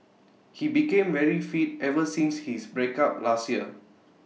he became very fit ever since his breakup last year